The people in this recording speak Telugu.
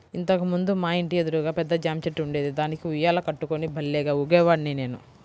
ఇంతకు ముందు మా ఇంటి ఎదురుగా పెద్ద జాంచెట్టు ఉండేది, దానికి ఉయ్యాల కట్టుకుని భల్లేగా ఊగేవాడ్ని నేను